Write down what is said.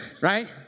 right